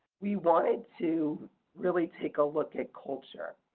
we wanted to really take a look at culture.